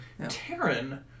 Taryn